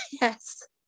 yes